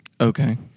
Okay